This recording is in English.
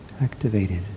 activated